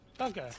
Okay